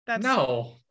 No